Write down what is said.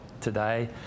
today